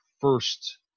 first